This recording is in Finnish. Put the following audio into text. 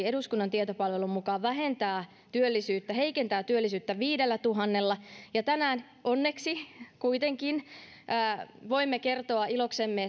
eduskunnan tietopalvelun mukaan hallituksen budjetti vähentää työllisyyttä heikentää työllisyyttä viidellätuhannella tänään onneksi kuitenkin voimme iloksemme